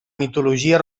mitologia